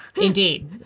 Indeed